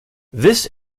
this